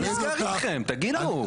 מה נסגר איתכם תגידו,